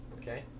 Okay